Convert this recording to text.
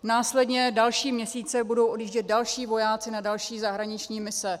Následní další měsíce budou odjíždět další vojáci na další zahraniční mise.